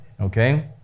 okay